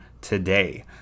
today